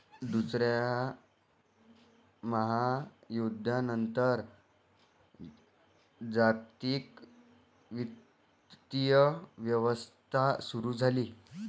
दुसऱ्या महायुद्धानंतर जागतिक वित्तीय व्यवस्था सुरू झाली